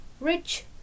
rich